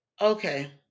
Okay